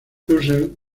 russell